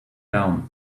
down